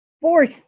force